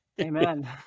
Amen